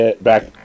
back